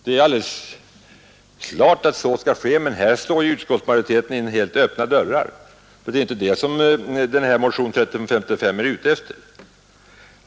Det är alldeles klart att så skall ske, men här slår utskottsmajoriteten in helt öppna dörrar, eftersom det inte är detta som motionen 1355 uppehåller sig vid.